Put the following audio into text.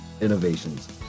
innovations